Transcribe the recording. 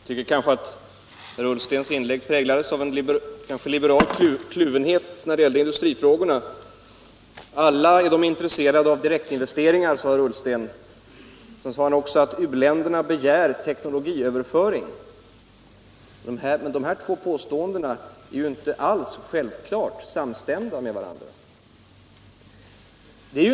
Herr talman! Jag tycker att herr Ullstens inlägg präglades av en liberal kluvenhet när det gäller industrifrågorna. Alla u-länder är intresserade av direktinvesteringar, sade herr Ullsten. Han sade också att u-länderna begär teknologiöverföring. Men de här två påståendena är inte självfallet Internationellt utvecklingssamar samstämda med varandra.